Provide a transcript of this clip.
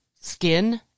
skin